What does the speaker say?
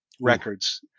records